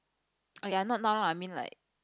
!aiya! not now lah I mean like